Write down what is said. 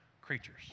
creatures